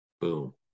boom